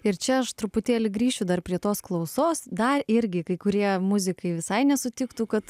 ir čia aš truputėlį grįšiu dar prie tos klausos dar irgi kai kurie muzikai visai nesutiktų kad